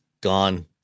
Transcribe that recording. gone